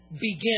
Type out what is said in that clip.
begin